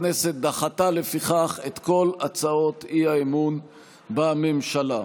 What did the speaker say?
לפיכך, הכנסת דחתה את כל הצעות האי-אמון בממשלה.